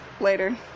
later